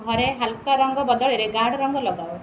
ଘରେ ହାଲୁକା ରଙ୍ଗ ବଦଳରେ ଗାଢ଼ ରଙ୍ଗ ଲଗାଅ